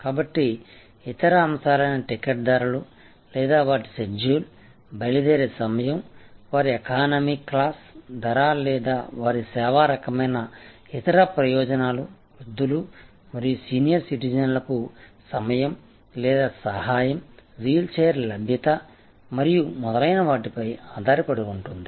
కాబట్టి ఇతర అంశాలైన టికెట్ ధరలు లేదా వాటి షెడ్యూల్ బయలుదేరే సమయం వారి ఎకానమీ క్లాస్ ధర లేదా వారి సేవా రకమైన ఇతర ప్రయోజనాలు వృద్ధులు మరియు సీనియర్ సిటిజన్లకు సమయం లేదా సహాయం వీల్ చైర్ లభ్యత మరియు మొదలైన వాటిపై ఆధారపడి ఉంటుంది